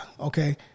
okay